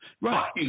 Right